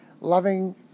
loving